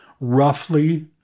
roughly